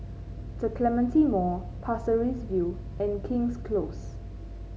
The Clementi Mall Pasir Ris View and King's Close